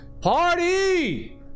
Party